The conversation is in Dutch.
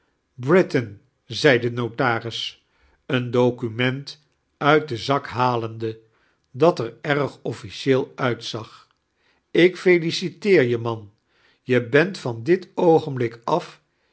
britain zed die notaris een document uit den zak halendel dat er erg officieel uitzag ik feliciteer je man je bent van dit oogenblik af